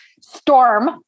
storm